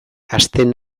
hasten